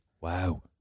wow